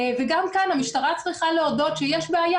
גם כאן, המשטרה צריכה להודות שיש בעיה.